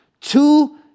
two